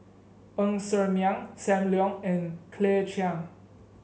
Ng Ser Miang Sam Leong and Claire Chiang